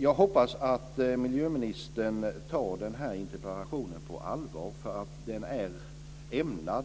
Jag hoppas att miljöministern tar den här interpellationen på allvar, för den är ämnad